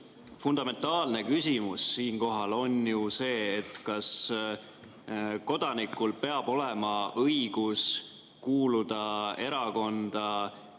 Fundamentaalne küsimus siinkohal on ju see, kas kodanikul peab olema õigus kuuluda erakonda ja